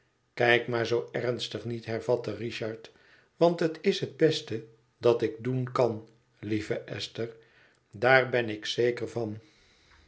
kijk maar zoo ernstig niet hervatte richard want het is het beste dat ik doen kan lieve esther daar ben ik zeker van